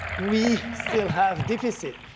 we still have deficits.